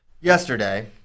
yesterday